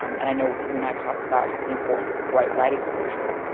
um and i know you and i have talked about how the importance of bright light exposure.